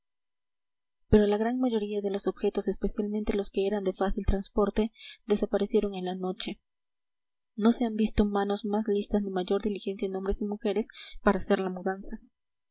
pero la gran mayoría de los objetos especialmente los que eran de fácil transporte desaparecieron en la noche no se han visto manos más listas ni mayor diligencia en hombres y mujeres para hacer la mudanza